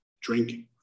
drinking